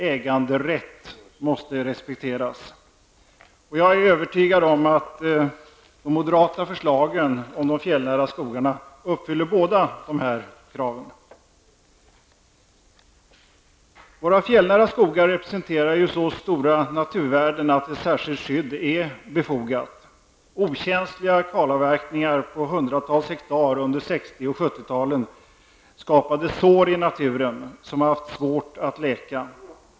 Äganderätt måste respekteras. Jag är övertygad om att de moderata förslagen om de fjällnära skogarna uppfyller båda dessa krav. Våra fjällnära skogar representerar ju så stora naturvärden att ett särskilt skydd är befogat. Okänsliga kalavverkningar på hundratals hektar under 60 och 70-talen skapade sår i naturen som har haft svårt att läka.